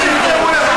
אז תגיד,